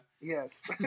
Yes